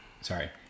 sorry